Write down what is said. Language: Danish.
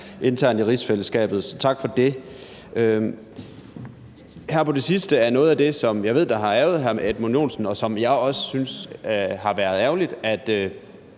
internt i rigsfællesskabet. Så tak for det. Her på det sidste er noget af det, som jeg ved har ærgret hr. Edmund Joensen, og som jeg også synes har været ærgerligt,